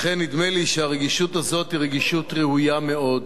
לכן נדמה לי שהרגישות הזאת היא רגישות ראויה מאוד.